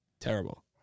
Terrible